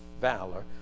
valor